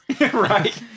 Right